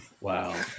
Wow